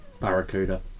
Barracuda